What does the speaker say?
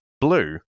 blue